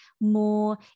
more